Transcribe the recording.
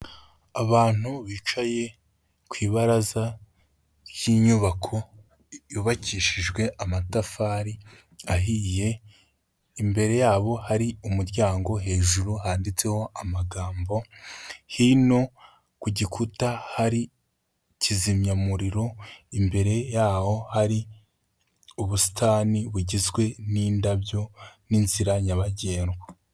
Abantu bicaye ku ibaraza ry'inyubako yubakishijwe amatafari ahiye, imbere yabo hari umuryango hejuru handitseho amagambo, hino ku gikuta hari kizimyamuriro, imbere yaho hari ubusitani bugizwe n'indabyo n'inzira nyabagendwa.